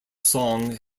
song